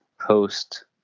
post